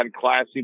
classy